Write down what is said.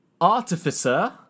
Artificer